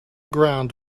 ground